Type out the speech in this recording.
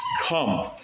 come